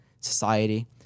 society